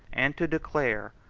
and to declare,